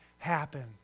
Happen